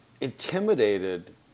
intimidated